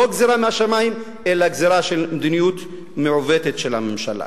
לא גזירה מהשמים אלא גזירה של מדיניות מעוותת של הממשלה.